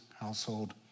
household